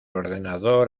ordenador